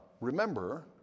remember